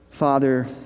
Father